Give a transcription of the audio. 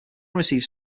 received